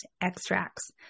extracts